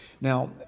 Now